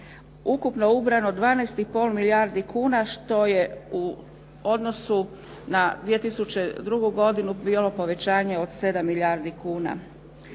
ukupno ubrano 12,5 milijardi kuna što je u odnosu na 2002. godinu bilo povećanje od 7 milijardi kuna.